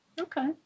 Okay